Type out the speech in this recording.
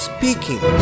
Speaking